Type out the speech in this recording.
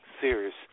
serious